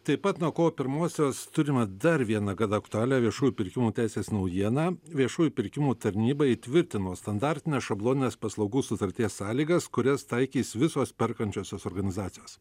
taip pat nuo kovo pirmosios turime dar vieną gana aktualią viešųjų pirkimų teisės naujieną viešųjų pirkimų tarnyba įtvirtino standartines šablonines paslaugų sutarties sąlygas kurias taikys visos perkančiosios organizacijos